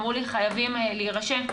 אמרו לי שחייבים להירשם.